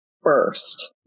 first